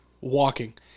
walking